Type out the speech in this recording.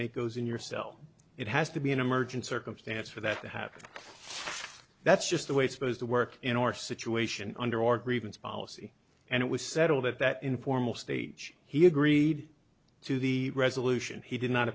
goes in your cell it has to be an emergency circumstance for that to happen that's just the way it's supposed to work in our situation under our grievance policy and it was settled at that informal stage he agreed to the resolution he did not